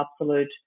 absolute